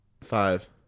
Five